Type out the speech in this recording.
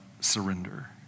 surrender